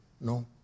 No